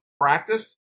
practice